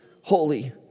holy